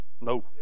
no